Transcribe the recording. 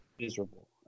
Miserable